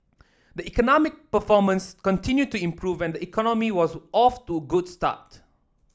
the economic performance continued to improve and economy was off to good start